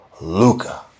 Luca